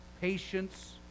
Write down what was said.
patience